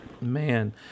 Man